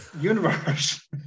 universe